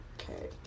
okay